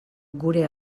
gure